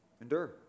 Endure